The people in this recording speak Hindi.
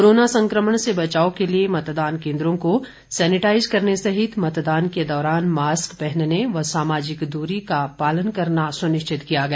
कोरोना संक्रमण से बचाव के लिए मतदान केन्द्रों को सैनेटाईज करने सहित मतदान के दौरान मास्क पहनने व सामाजिक दूरी का पालन करना सुनिश्चित किया गया